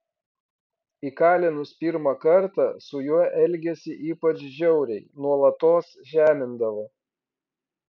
įkalinus pirmą kartą su juo elgėsi ypač žiauriai nuolatos žemindavo